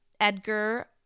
Edgar